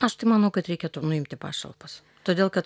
aš tai manau kad reikėtų nuimti pašalpas todėl kad